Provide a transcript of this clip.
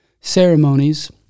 ceremonies